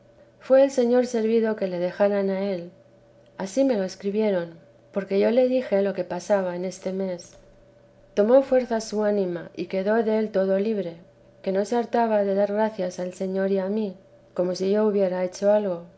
fué el señor servido que le dejaron a él ansí me lo escribieron porque yo le dije lo que pasaba en este mes tomó fuerza su ánima y quedó del todo libre que no se hartaba de dar gracias al señor y a mí como si yo hubiera hecho algo